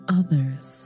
others